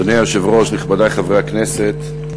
אדוני היושב-ראש, נכבדי חברי הכנסת,